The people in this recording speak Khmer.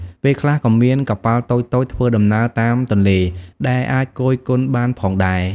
ពេលខ្លះក៏មានកប៉ាល់តូចៗធ្វើដំណើរតាមទន្លេដែលអាចគយគន់បានផងដែរ។